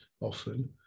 often